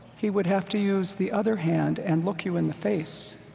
he would have to use the other hand and look you in the face.